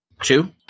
two